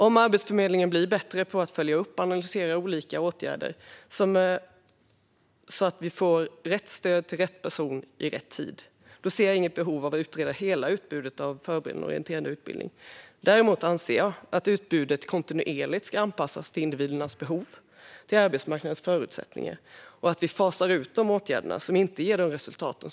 Om Arbetsförmedlingen blir bättre på att följa upp och analysera olika åtgärder så att vi får rätt stöd till rätt person i rätt tid ser jag inget behov av att utreda hela utbudet av Förberedande och orienterande utbildning. Däremot anser jag att utbudet kontinuerligt ska anpassas till individers behov och till arbetsmarknadens förutsättningar och att vi ska fasa ut de åtgärder som inte ger de resultat som förväntas.